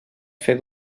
fer